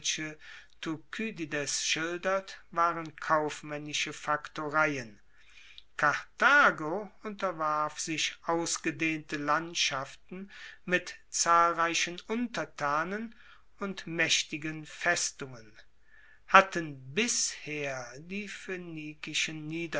schildert waren kaufmaennische faktoreien karthago unterwarf sich ausgedehnte landschaften mit zahlreichen untertanen und maechtigen festungen hatten bisher die